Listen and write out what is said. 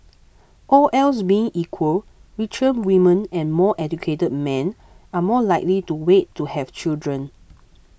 all else being equal richer women and more educated men are more likely to wait to have children